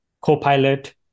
co-pilot